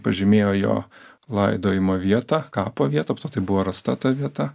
pažymėjo jo laidojimo vietą kapo vietą po to tai buvo rasta ta vieta